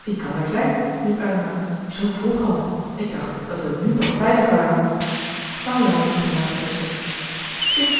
wie kan daar zijn riep elinor zoo vroeg al ik dacht dat we nu toch veilig waren marianne ging naar het venster t is